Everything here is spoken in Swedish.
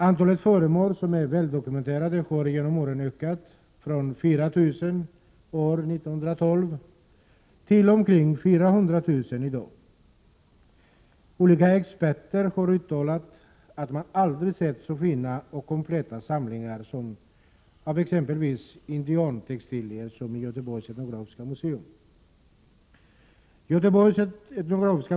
Antalet föremål som är väldokumenterade har genom åren ökat från 4 000 år 1912 till omkring 400 000 i dag. Olika experter har uttalat att man aldrig sett så fina och kompletta samlingar av exempelvis indiantextilier som vid Etnografiska museet i Göteborg.